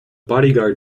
bodyguard